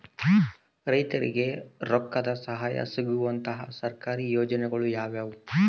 ರೈತರಿಗೆ ರೊಕ್ಕದ ಸಹಾಯ ಸಿಗುವಂತಹ ಸರ್ಕಾರಿ ಯೋಜನೆಗಳು ಯಾವುವು?